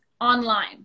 online